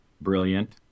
brilliant